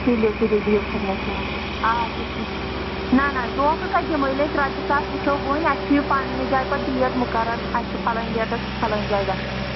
تُلِو تُلِو بِہِو خۄدایَس حَوالہ آچھا ٹھیٖک نَہ نَہ دھوکہٕ کَتہِ دِمو ییٚلہِ أسۍ رۄپیہِ ساس وٕچھو وٕنۍ اَسہِ چھُ یہِ پنٛنہِ جایہِ پَتہٕ ڈیٹ مُقَرَر اَسہِ چھُ پھلٲنۍ ڈیٹَس پھلٲنۍ جایہِ گژھُن